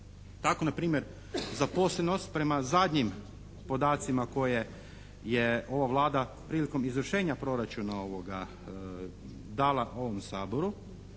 Tako na primjer zaposlenost prema zadnjih podacima koje je ova Vlada prilikom izvršenja proračuna dala ovom Saboru